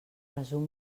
resum